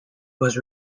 was